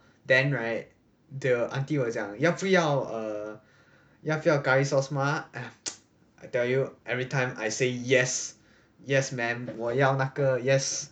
then right the aunty will 讲要不要 err 要不要 curry sauce 吗 !aiya! I tell you everytime I say yes yes ma'am 我要那个 yes